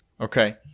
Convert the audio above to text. Okay